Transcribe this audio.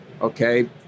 okay